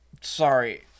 Sorry